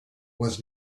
was